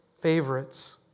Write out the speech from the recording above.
favorites